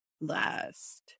last